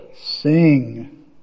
sing